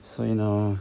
所以呢